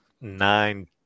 nine